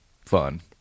fun